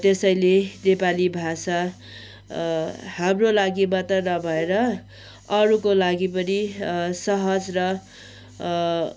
त्यसैले नेपाली भाषा हाम्रो लागि मात्र नभएर अरूको लागि पनि सहज र